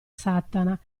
satana